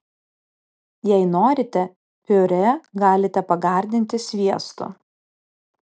jei norite piurė galite pagardinti sviestu